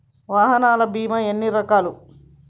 వాహనాల బీమా ఎన్ని రకాలు?